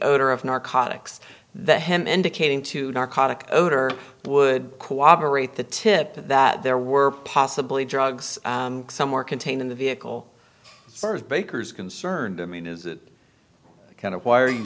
odor of narcotics that him indicating to narcotic odor would cooperate the tip that there were possibly drugs somewhere contained in the vehicle served baker's concerned i mean is it kind of why are you